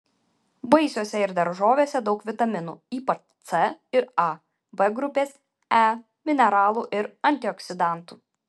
vaisiuose ir daržovėse daug vitaminų ypač c ir a b grupės e mineralų ir antioksidantų